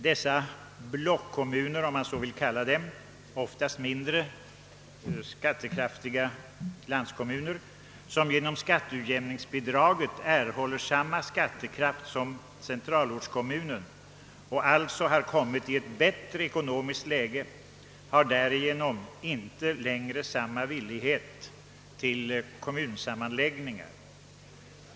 Dessa »blockkommuner» — ofta mindre skattekraftiga landskommuner — som genom skatteutjämningsbidraget erhåller samma skattekraft som centralortskommunen och alltså kommer i ett bättre ekonomiskt läge, blir därigenom mindre villiga till kommunsammanläggningar.